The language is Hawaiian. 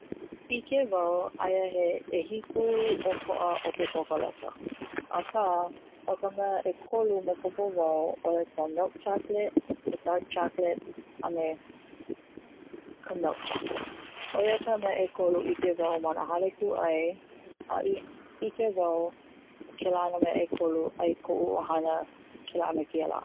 ʻIke wau aia he ʻehiku ʻokoʻa o ke kokoleka, aka o ka mea ʻekolu maopopo wau ʻoia ka Milk chocholate, white chocholate a me ka milk chocolate, ʻoia ka mea ʻekolu ʻike wau ma na hale kuʻai, a i ʻike wau kela na mea ʻekolu ai koʻu ʻohana kela me keia lā.